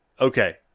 okay